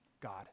God